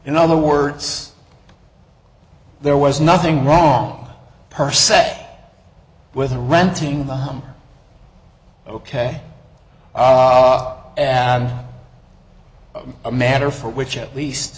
in other words there was nothing wrong per se with renting the hum ok and a matter for which at least